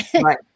Right